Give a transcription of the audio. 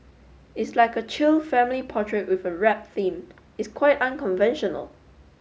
it's like a chill family portrait with a rap theme it's quite unconventional